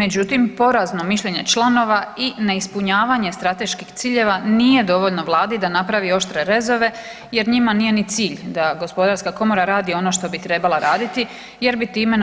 Međutim porazno mišljenje članova i neispunjavanje strateških ciljeva nije dovoljno Vladi da napravi oštre rezove jer njima nije ni cilj ga Gospodarska komora radi ono što bi trebala raditi jer bi time